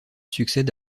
succède